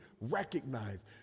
recognize